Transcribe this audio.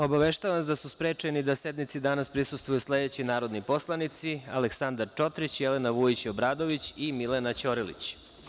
Obaveštavam vas da su sprečeni da sednici prisustvuju sledeći narodni poslanici: Aleksandar Čotrić, Jelena Vujić Obradović i Milena Ćorilić.